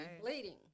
Bleeding